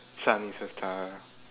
sun is a star